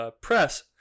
press